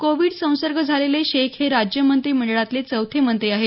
Covid संसर्ग झालेले शेख हे राज्य मंत्रिमंडळातले चौथे मंत्री आहेत